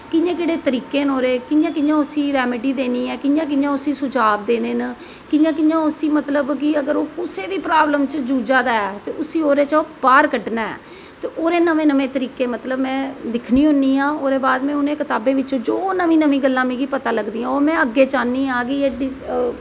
केह्ड़े केह्ड़े तरीकै न ओह्दे कियां कियां उसी रेमैडी देनी ऐ उसी जां उसी सुझाव देने न ते कियां कियां उसी मतलब की ओह् कुसै बी प्रॉब्लम च जुझा दा ऐ ते उसी ओह्दे च बाहर कड्ढना ऐ ते ओह्दे नमें नमें तरीके में दिक्खनी होनी आं ते उनें कताबें बिच्चा मिगी जो नमीं नमीं चीज़ां मिगी पता लगदी ओह् में चाह्नीं आं की